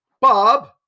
Bob